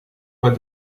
pas